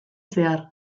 zehar